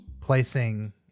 placing